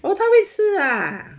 orh 他会吃啊